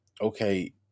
okay